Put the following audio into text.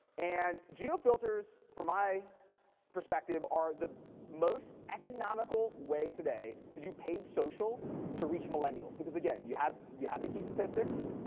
and geo filters for my perspective are the most economical way today to do paid social to reach millennials, because, again, you have yeah the key statistics.